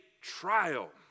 trial